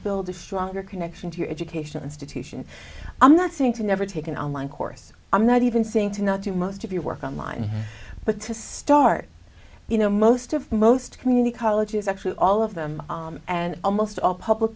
build a stronger connection to your education institution i'm not saying to never take an online course i'm not even saying to not do most of your work on mine but to start you know most of most community colleges actually all of them and almost all public